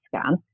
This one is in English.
scan